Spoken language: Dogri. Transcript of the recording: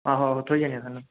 आहो थ्होई जानियां थुहानू